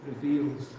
reveals